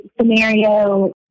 scenario